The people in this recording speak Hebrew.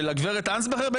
של הגברת אנסבכר?